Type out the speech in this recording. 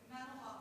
אינה נוכחת.